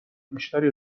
بیشتری